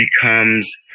becomes